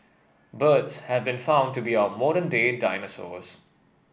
birds have been found to be our modern day dinosaurs